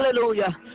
Hallelujah